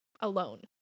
alone